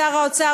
שר האוצר,